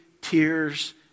tears